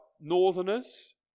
Northerners